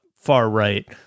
far-right